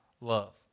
love